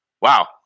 Wow